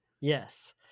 Yes